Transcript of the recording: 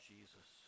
Jesus